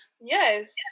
Yes